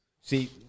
See